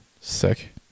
sick